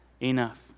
enough